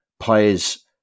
players